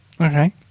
Okay